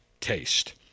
taste